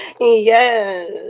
yes